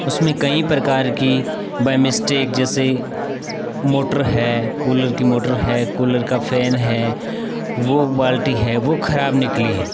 उसमें कई प्रकार की बाय मिस्टेक जैसे मोटर है कूलर की मोटर है कूलर का फेन है वह वाल्टी है वह ख़राब निकली है